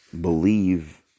believe